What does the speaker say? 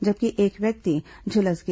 जबकि एक व्यक्ति झुलस गया